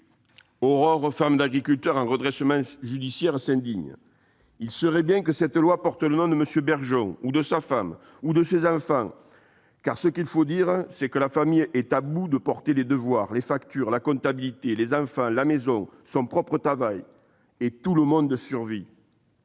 dont l'exploitation est en redressement judiciaire, s'indigne :« Il serait bien que cette loi porte le nom de M. Bergeon, ou de sa femme ou de ses enfants, car ce qu'il faut dire, c'est que la famille est à bout de porter les devoirs, les factures, la comptabilité, les enfants, la maison, son propre travail ... Et tout le monde survit.